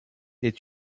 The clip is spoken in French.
est